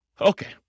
Okay